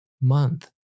month